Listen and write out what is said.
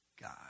God